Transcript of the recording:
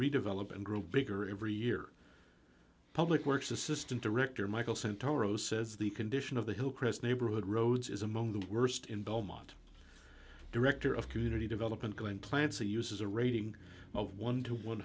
redevelop and grow bigger every year public works assistant director michael santoro says the condition of the hillcrest neighborhood roads is among the worst in belmont director of community development going plans he uses a rating of one to one